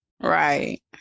Right